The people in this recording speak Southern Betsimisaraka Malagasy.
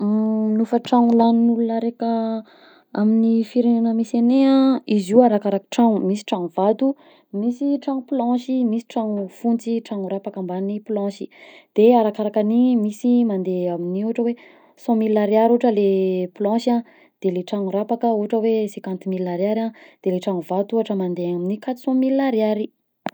Gny hofantrano lanin'olona araiky amin'ny firegnena misy agnay a, izy io arakaraky trano, misy tragno vato, misy tragno planchy, misy tragno fontsy, tragno rapaka ambany planchy, de arakarakan'igny misy mandeha amin'ny ohatra hoe cent mille ariary ohatra le planchy a, de la tragno rapaka ohatra hoe cinquante mille ariary a, de le trano vato ohatra mandeha amin'ny quatre cent mille ariary.